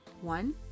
One